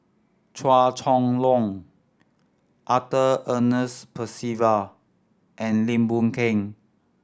Chua Chong Long Arthur Ernest Percival and Lim Boon Keng